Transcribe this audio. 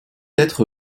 être